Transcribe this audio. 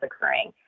occurring